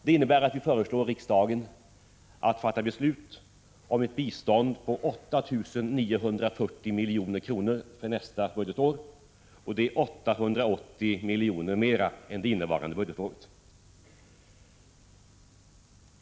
Det innebär att vi föreslår riksdagen att fatta beslut om ett bistånd om 8 940 milj.kr. för nästa budgetår, och det är 880 miljoner mera än under det innevarande budgetåret.